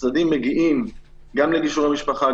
הצדדים מגיעים גם לגישורי משפחה,